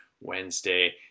Wednesday